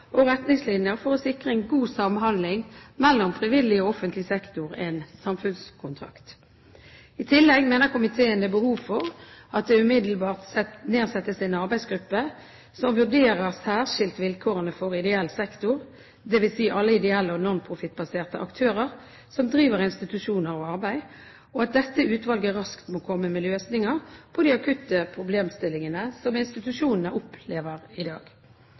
og retningslinjer for å sikre en god samhandling mellom frivillig og offentlig sektor, en samfunnskontrakt. I tillegg mener komiteen det er behov for at det umiddelbart nedsettes en arbeidsgruppe som vurderer særskilt vilkårene for ideell sektor, dvs. alle ideelle og nonprofittbaserte aktører som driver institusjoner og arbeid, og at dette utvalget raskt må komme med løsninger på de akutte problemstillingene som institusjonene opplever i dag.